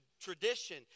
tradition